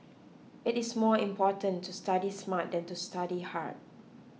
it is more important to study smart than to study hard